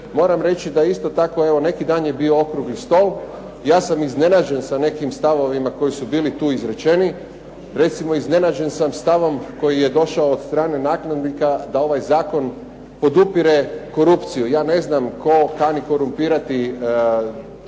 Moram reći da isto tako evo neki dan je bio okrugli stol. Ja sam iznenađen sa nekim stavovima koji su bili tu izrečeni. Recimo iznenađen sam stavom koji je došao od strane nakladnika da ovaj zakon podupire korupciju. Ja ne znam tko kani korumpirati direktore,